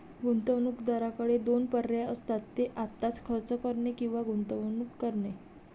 गुंतवणूकदाराकडे दोन पर्याय असतात, ते आत्ताच खर्च करणे किंवा गुंतवणूक करणे